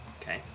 Okay